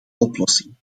oplossing